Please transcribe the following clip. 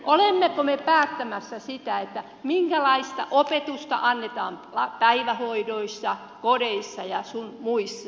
olemmeko me päättämässä sitä minkälaista opetusta annetaan päivähoidoissa kodeissa sun muissa